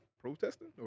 protesting